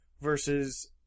versus